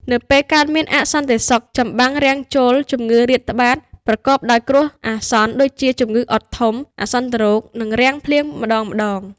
នៅពេលកើតមានអសន្តិសុខ ចម្បាំងរាំងជល ជំងឺរាតត្បាត ប្រកបដោយគ្រោះអាសន្នដូចជាជំងឺអុតធំ អាសន្នរោគ និងរាំងភ្លៀងម្ដងៗ។